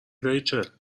ریچل